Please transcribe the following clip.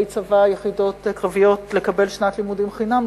צבא מיחידות קרביות לקבל שנת לימודים חינם,